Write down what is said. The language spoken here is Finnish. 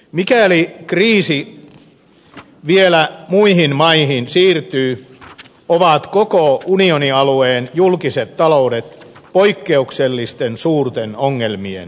mikäli kriisi vielä muihin maihin siirtyy ovat koko unionialueen julkiset taloudet poikkeuksellisten suurten ongelmien edessä